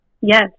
yes